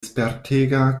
spertega